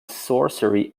sorcery